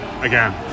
again